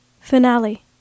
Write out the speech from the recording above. Finale